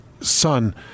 Son